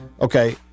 Okay